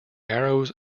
arrows